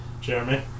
Jeremy